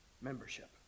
membership